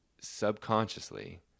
subconsciously